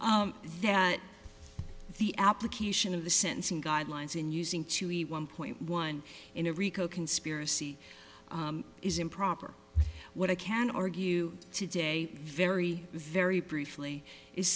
but the application of the sentencing guidelines in using chewy one point one in a rico conspiracy is improper what i can argue today very very briefly is